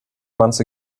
months